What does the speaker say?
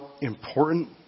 important